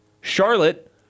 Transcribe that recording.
Charlotte